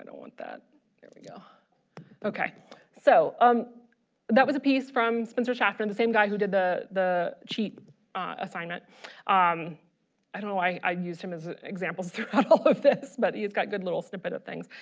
and want that there we go okay so um that was a piece from spencer shaft from and the same guy who did the the cheat assignment um i used him as examples throughout all of this but he's got good little snippet of things.